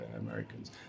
Americans